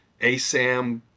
ASAM